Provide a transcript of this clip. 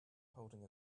holding